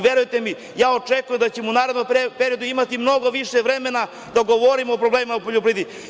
Verujte mi, očekujem da ćemo u narednom periodu imati mnogo više vremena da govorimo o problemima u poljoprivredi.